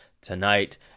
tonight